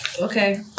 Okay